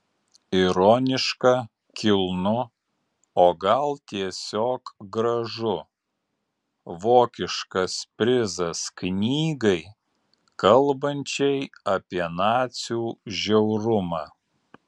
ironiška kilnu o gal tiesiog gražu vokiškas prizas knygai kalbančiai apie nacių žiaurumą